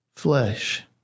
Flesh